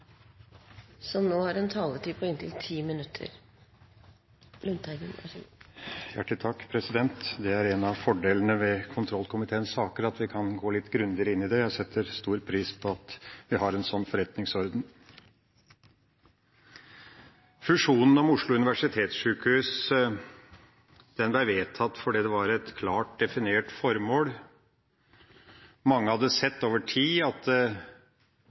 som man nå har valgt å lene seg hardt på, blir lagt i skuffen – ellers kommer vi til å fortsette med disse rapportene år etter år etter år. En av fordelene med kontrollkomiteens saker er at vi kan gå litt grundigere inn i dem. Jeg setter stor pris på at vi har en sånn forretningsorden. Fusjonen ved Oslo universitetssykehus ble vedtatt fordi det var et klart definert formål. Mange hadde over tid sett at